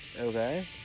Okay